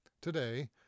Today